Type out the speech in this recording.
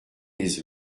les